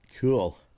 Cool